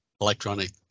electronic